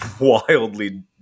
wildly